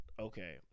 Okay